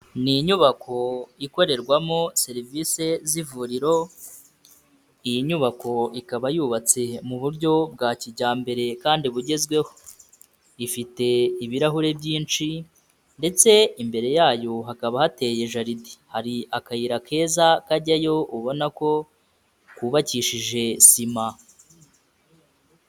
Ni inyubako ikorerwamo serivise z'ivuriro, iyi nyubako ikaba yubatse mu buryo bwa kijyambere kandi bugezweho, ifite ibirahure byinshi ndetse imbere yayo hakaba hateye jaride, hari akayira keza kajyayo ubona ko kubakishije sima.